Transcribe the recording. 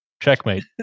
checkmate